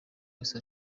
wese